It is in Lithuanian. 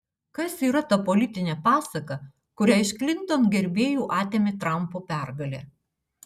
kas yra ta politinė pasaka kurią iš klinton gerbėjų atėmė trampo pergalė